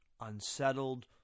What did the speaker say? unsettled